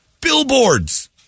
Billboards